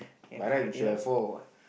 by right should have four what